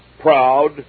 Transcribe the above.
proud